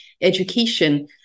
education